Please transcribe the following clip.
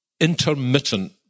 intermittent